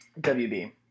WB